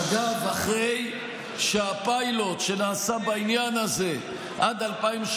אגב הפיילוט שנעשה בעניין הזה עד 2018